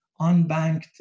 unbanked